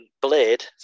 Blade